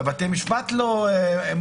בתי משפט לא מוכנים,